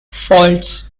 faults